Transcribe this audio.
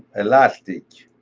elastic.